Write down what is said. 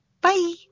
Bye